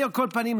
על כל פנים,